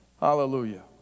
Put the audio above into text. Hallelujah